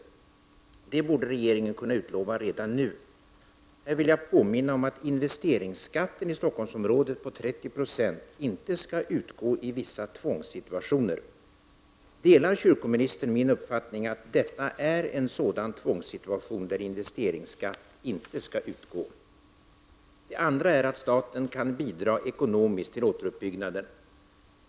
Detta borde regeringen kunna utlova redan nu. Här vill jag påminna om att investeringsskatten i Stockholmsområdet på 30 20 inte skall utgå i vissa tvångssituationer. Delar kyrkoministern min uppfattning att detta är en sådan tvångssituation där investeringskatt inte skall utgå? Den andra saken är att staten kan bidra ekonomiskt till återuppbyggnaden.